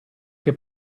che